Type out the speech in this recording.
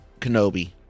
Kenobi